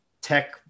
tech